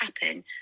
happen